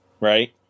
right